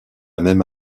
même